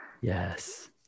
Yes